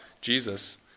Jesus